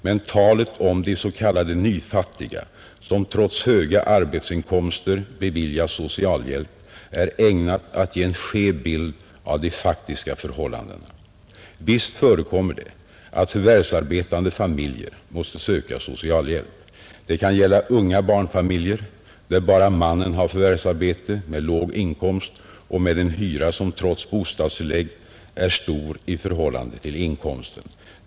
Men talet om de s.k. nyfattiga som trots höga arbetsinkomster beviljas socialhjälp är ägnat att ge en skev bild av de faktiska förhållandena, Visst förekommer det att förvärvsarbetande familjer måste söka socialhjälp. Det kan gälla unga barnfamiljer, där bara mannen har förvärvsarbete med låg inkomst och med en hyra som trots bostadstillägg är stor i förhållande till inkomsten.